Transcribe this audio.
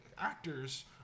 actors